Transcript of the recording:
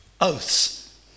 Oaths